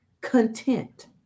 content